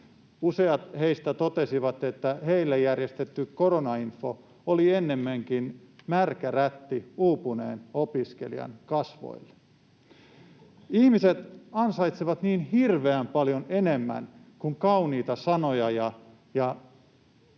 Useat heistä totesivat, että heille järjestetty koronainfo oli ennemminkin märkä rätti uupuneen opiskelijan kasvoille. Ihmiset ansaitsevat niin hirveän paljon enemmän kuin kauniita sanoja ja pelkkiä